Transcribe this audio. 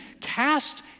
cast